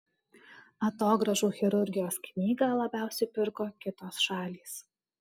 atogrąžų chirurgijos knygą labiausiai pirko kitos šalys